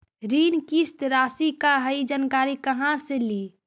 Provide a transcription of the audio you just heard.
ऋण किस्त रासि का हई जानकारी कहाँ से ली?